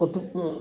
Qutub